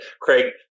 Craig